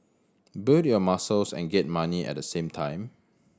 build your muscles and get money at the same time